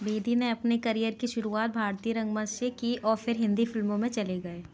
बेदी ने अपने करियर की शुरुआत भारतीय रंगमंच से की और फिर हिंदी फिल्मों में चले गए